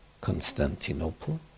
Constantinople